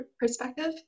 perspective